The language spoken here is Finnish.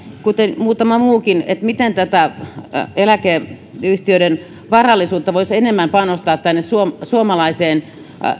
kuten muutama muukin toi esille sitä miten tätä eläkeyhtiöiden varallisuutta voisi enemmän panostaa suomalaiseen